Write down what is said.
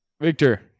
Victor